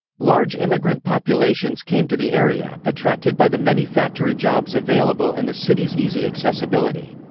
large immigrant populations came to the area, attracted by the many factory jobs available and the city's easy accessibility.